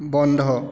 বন্ধ